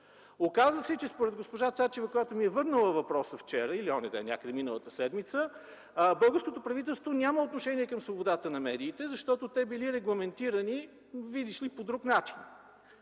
Оказва се, според госпожа Цачева, която ми е върнала въпроса вчера или онзи ден – някъде миналата седмица, българското правителство няма отношение към свободата на медиите, защото те били регламентирани, видиш ли, по друг начин.